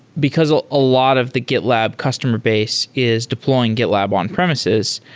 because a ah lot of the gitlab customer base is deploying gitlab on premises,